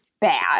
bad